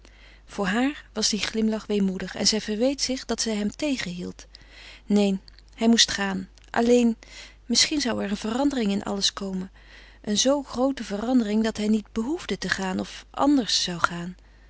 voor haar was die glimlach weemoedig en zij verweet zich dat zij hem tegenhield neen hij moest gaan alleen misschien zou er een verandering in alles komen een zoo groote verandering dat hij niet behoefde te gaan of anders zou gaan